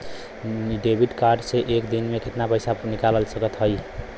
इ debit card से एक दिन मे कितना पैसा निकाल सकत हई?